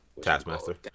Taskmaster